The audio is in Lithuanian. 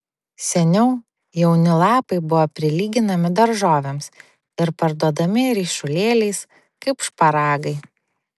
seniau jauni lapai buvo prilyginami daržovėms ir parduodami ryšulėliais kaip šparagai